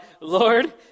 Lord